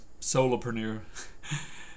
solopreneur